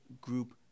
group